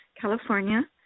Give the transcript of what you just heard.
California